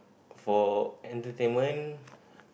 for entertainment